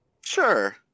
sure